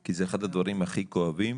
כי זה אחד הדברים הכי כואבים.